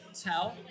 tell